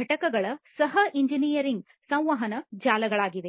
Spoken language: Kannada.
ಘಟಕಗಳ ಸಹ ಎಂಜಿನಿಯರಿಂಗ್ ಸಂವಹನ ಜಾಲಗಳಾಗಿವೆ